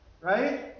right